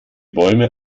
bäume